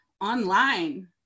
online